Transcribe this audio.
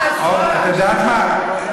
את יודעת מה,